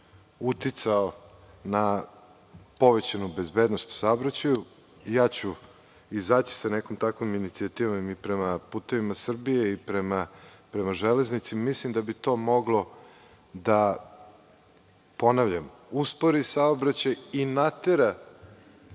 uticao na povećanu bezbednost u saobraćaju. Izaći ću sa nekom takvom inicijativom i prema „Putevima Srbije“ i prema „Železnici“. Mislim da bi to moglo da, ponavljam, uspori saobraćaj i natera